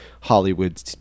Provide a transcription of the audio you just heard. hollywood